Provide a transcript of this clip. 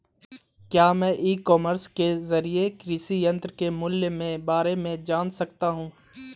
क्या मैं e commerce के ज़रिए कृषि यंत्र के मूल्य में बारे में जान सकता हूँ?